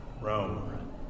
Rome